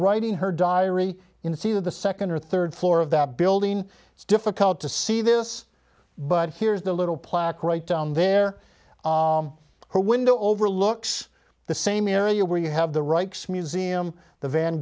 writing her diary in c the second or third floor of that building it's difficult to see this but here is the little plaque right down there her window overlooks the same area where you have the rights museum the van